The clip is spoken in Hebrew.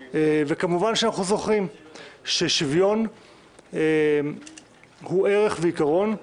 כמובן, אנחנו זוכרים ששוויון הוא ערך ועיקרון,